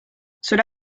cela